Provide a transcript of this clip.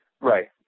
right